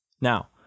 Now